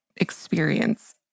Experience